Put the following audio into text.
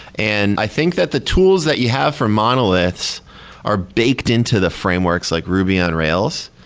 and i think that the tools that you have for monoliths are baked into the frameworks like ruby on rails.